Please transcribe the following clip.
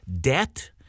debt